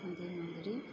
அதே மாதிரி